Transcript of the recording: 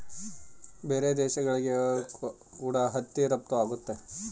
ಬೇರೆ ದೇಶಗಳಿಗೆ ಕೂಡ ಹತ್ತಿ ರಫ್ತು ಆಗುತ್ತೆ